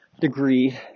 degree